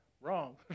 Wrong